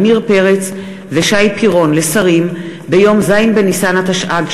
עמיר פרץ ושי פירון לשרים ביום ז' בניסן התשע"ג,